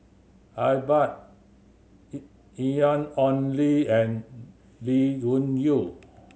Iqbal Ian Ong Li and Lee Wung Yew